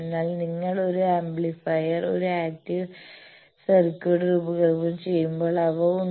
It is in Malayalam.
എന്നാൽ നിങ്ങൾ ഒരു ആംപ്ലിഫയർ പോലെയുള്ള ഒരു ആക്റ്റീവ് സർക്യൂട്ട് രൂപകൽപന ചെയ്യുമ്പോഴും അവ ഉണ്ട്